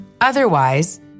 Otherwise